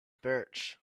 birch